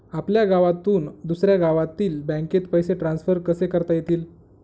आपल्या गावातून दुसऱ्या गावातील बँकेत पैसे ट्रान्सफर कसे करता येतील?